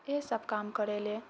यहि सब काम करे लऽ